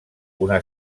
una